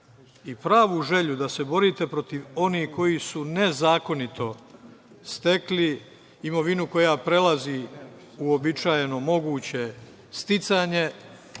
i pravu želju da se borite protiv onih koji su nezakonito stekli imovinu koja prelazi uobičajeno moguće sticanje,